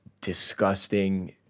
disgusting